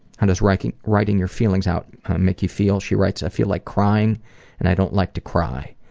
how does writing writing your feelings out make you feel? she writes i feel like crying and i don't like to cry.